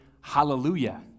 hallelujah